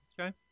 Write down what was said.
Okay